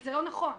זה לא נכון.